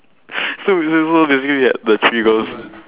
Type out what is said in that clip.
so so basically you had the three girls